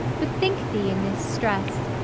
bethink thee in this stress,